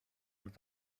und